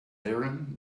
aaron